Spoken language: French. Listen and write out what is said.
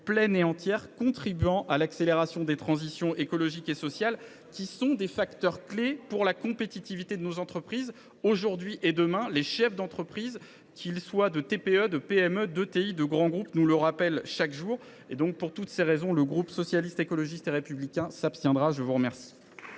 pleine et entière, contribuant à l’accélération des transitions écologiques et sociales, qui sont des facteurs clés pour la compétitivité de nos entreprises, pour aujourd’hui comme pour demain. Les chefs d’entreprise, qu’ils soient chefs de TPE ou de PME, d’ETI ou de grand groupe, nous le rappellent chaque jour. Pour l’ensemble de ces raisons, le groupe Socialiste, Écologiste et Républicain s’abstiendra. La parole